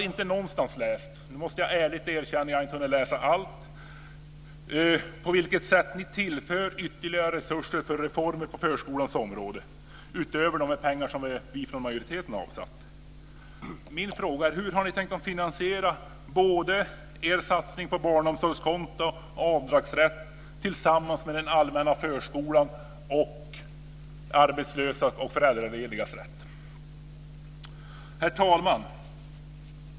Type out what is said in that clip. Inte någonstans har jag utläst - men jag ska ärligt erkänna att jag inte har hunnit läsa allting - på vilket sätt ni tillför ytterligare resurser till reformer på förskolans område, utöver de pengar som vi i majoriteten har avsatt. Hur har ni tänkt finansiera er satsning på barnomsorgskonto och avdragsrätt jämte den allmänna förskolan och detta med rätten för arbetslösas och föräldraledigas barn? Herr talman!